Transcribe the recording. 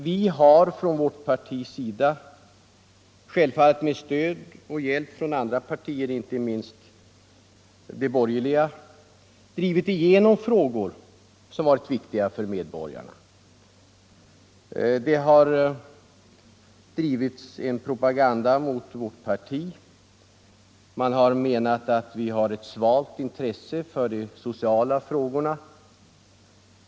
Vi har från vårt partis sida — självfallet med stöd och hjälp av andra partier, inte minst de övriga borgerliga partierna — drivit igenom frågor som varit viktiga för medborgarna. Det har förts en propaganda mot vårt parti, där det har sagts att vårt intresse för de sociala frågorna är svalt.